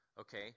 Okay